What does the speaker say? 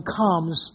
comes